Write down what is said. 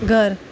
घर